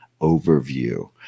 overview